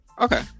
Okay